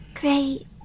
Great